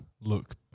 look